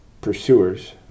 pursuers